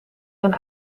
hen